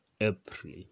April